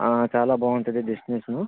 చాలా బాగుంటుంది డెస్టినేషను